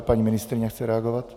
Paní ministryně chce reagovat.